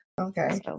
Okay